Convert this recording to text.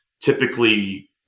typically